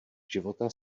života